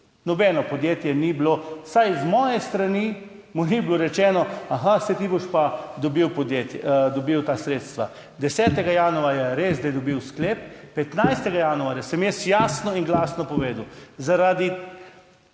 Nobenemu podjetju ni bilo, vsaj z moje strani, rečeno, aha, saj ti boš pa dobil ta sredstva. 10. januarja je res, da je dobilo sklep, 15. januarja sem jaz jasno in glasno povedal zaradi